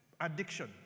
addiction